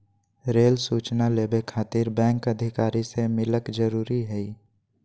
Rail सूचना labour खातिर bank अधिकारी से मिलक जरूरी है?